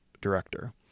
director